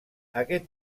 aquest